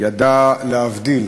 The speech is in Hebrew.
ידעה להבדיל,